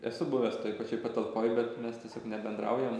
esu buvęs toje pačioj patalpoj bet mes tiesiog nebendraujam